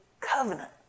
covenant